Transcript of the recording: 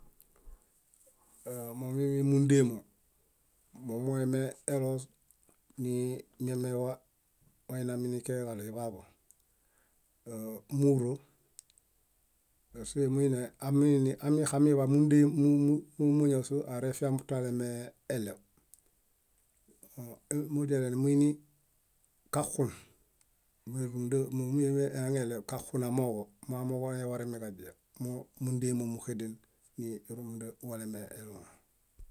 Á- mómuimimundema, momuemeeloos nii miamewa wainamikiaġeġaɭo iḃaaḃu, áa- múuro paske muine amiini amixamiḃay múnde- mu- mu- móñasoo arefiamutoalemeeɭew. Mo mudialenumuini kaxun, mérumunda momuemehaŋeɭew kaxunamooġo, moamooġo awaremiġaźia, móo múndema múxeden nírumunda walemeeluŋa.